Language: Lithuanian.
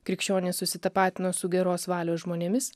krikščionys susitapatino su geros valios žmonėmis